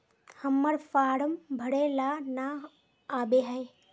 हम्मर फारम भरे ला न आबेहय?